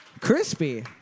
Crispy